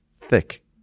thick